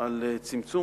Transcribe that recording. צמצום,